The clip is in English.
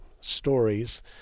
stories